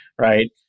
right